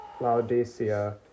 Laodicea